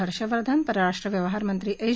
हर्षवर्धन परराष्ट्र व्यवहार मंत्री एस